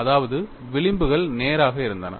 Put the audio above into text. அதாவது விளிம்புகள் நேராக இருந்தன